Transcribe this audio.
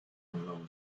entnommen